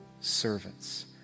servants